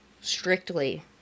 strictly